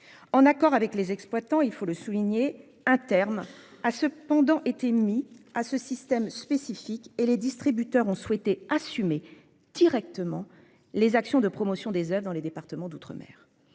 en accord avec les exploitants. Il faut le souligner, un terme a cependant été mis à ce système spécifique et les distributeurs ont souhaité assumer directement les actions de promotion des Oeuvres dans les départements d'outre-mer.